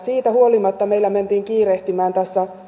siitä huolimatta meillä mentiin kiirehtimään tässä